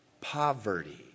poverty